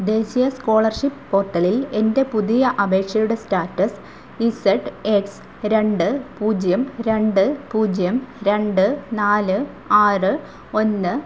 ദേശീയ സ്കോളർഷിപ്പ് പോർട്ടലിൽ എൻ്റെ പുതിയ അപേക്ഷയുടെ സ്റ്റാറ്റസ് ഇസഡ് എക്സ് രണ്ട് പൂജ്യം രണ്ട് പൂജ്യം രണ്ട് നാല് ആറ് ഒന്ന്